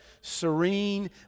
serene